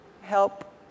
help